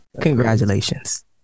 Congratulations